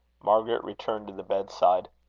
margaret returned to the bed-side.